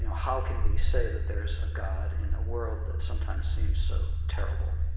how can we say that there's a god in a world that sometimes seems so terrible?